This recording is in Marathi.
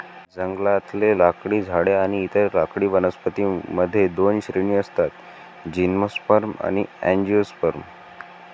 जंगलातले लाकडी झाडे आणि इतर लाकडी वनस्पतीं मध्ये दोन श्रेणी असतातः जिम्नोस्पर्म आणि अँजिओस्पर्म